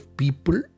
people